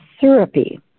syrupy